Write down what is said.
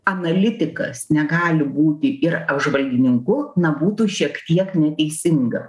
analitikas negali būti ir apžvalgininku na būtų šiek tiek neteisinga